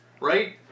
right